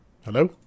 Hello